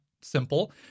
simple